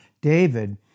David